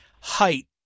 height